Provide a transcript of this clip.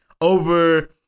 over